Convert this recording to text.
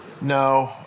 No